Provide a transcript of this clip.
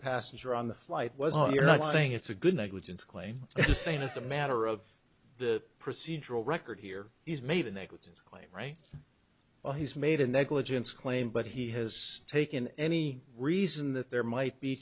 passenger on the flight was on you're not saying it's a good negligence claim it's the same as a matter of the procedural record here he's made a negligence claim right well he's made a negligence claim but he has taken any reason that there might be